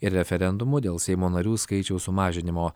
ir referendumu dėl seimo narių skaičiaus sumažinimo